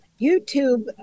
YouTube